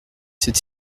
cette